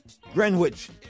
Greenwich